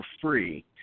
free